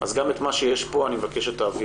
אז גם את מה שיש פה אני מבקש שתעבירו.